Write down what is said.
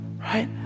Right